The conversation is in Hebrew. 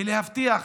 ולהבטיח